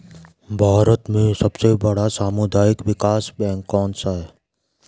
भारत में सबसे बड़ा सामुदायिक विकास बैंक कौनसा है?